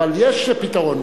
אבל יש פתרון.